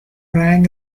rang